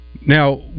Now